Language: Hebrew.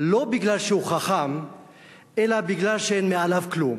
לא בגלל שהוא חכם אלא בגלל שאין מעליו כלום.